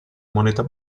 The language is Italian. moneta